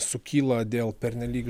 sukyla dėl pernelyg